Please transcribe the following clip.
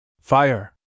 Fire